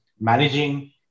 managing